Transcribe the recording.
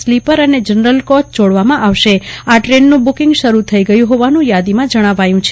sleeper અને general coach જોડવા માં આવશે આ ટ્રેન નું બુકિંગ શરૂ થઇ ગયું ફોવાનું યાદીમાં જણાવાયું છે